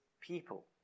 people